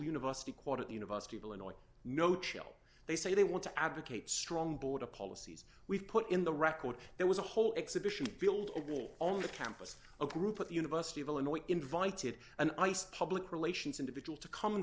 university quarter the university of illinois no chill they say they want to advocate strong border policies we've put in the record there was a whole exhibition field of war only a campus a group at the university of illinois invited an ice public relations individual to come and